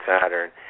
Saturn